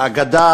האגדה